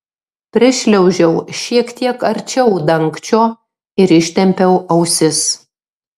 prišliaužiau šiek tiek arčiau dangčio ir ištempiau ausis